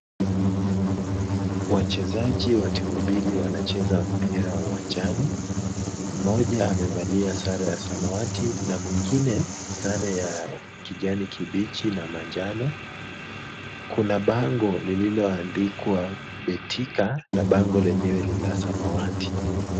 Wachezaji wa timu mbili wanacheza mpira uwanjani. Mmoja amevalia sare ya samawati na mwingine ssare ya kijani kibichi na manjano. Kuna bango lililoandikwa Betika na bango lenyewe ni la samawati.